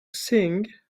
sing